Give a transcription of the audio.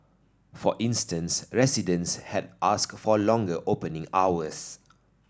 for instance residents had ask for longer opening hours